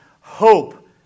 hope